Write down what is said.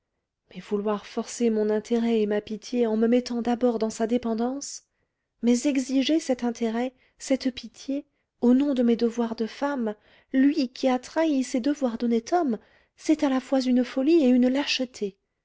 mais vouloir forcer mon intérêt et ma pitié en me mettant d'abord dans sa dépendance mais exiger cet intérêt cette pitié au nom de mes devoirs de femme lui qui a trahi ses devoirs d'honnête homme c'est à la fois une folie et une lâcheté